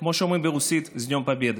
וכמו שאומרים ברוסית: (אומר דברים בשפה הרוסית.)